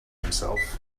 himself